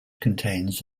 contains